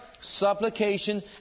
supplication